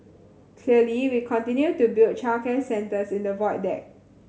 clearly we continue to build childcare centres in the Void Deck